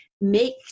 make